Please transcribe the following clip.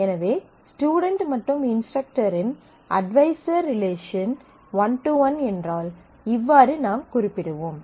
எனவே ஸ்டுடென்ட் மற்றும் இன்ஸ்ட்ரக்டர் இன் adviser relation one to one என்றால் இவ்வாறு நாம் குறிப்பிடுவோம்